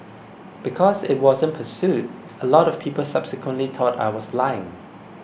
because it wasn't pursued a lot of people subsequently thought I was lying